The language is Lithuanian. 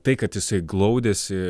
tai kad jisai glaudėsi